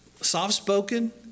Soft-spoken